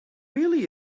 really